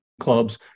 clubs